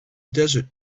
desert